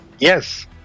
Yes